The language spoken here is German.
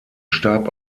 starb